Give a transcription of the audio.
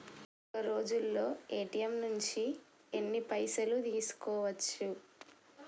ఒక్కరోజులో ఏ.టి.ఎమ్ నుంచి ఎన్ని పైసలు తీసుకోవచ్చు?